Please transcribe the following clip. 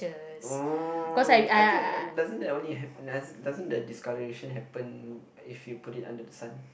orh I think doesn't that only doesn't the discoloration happen if you put it under the sun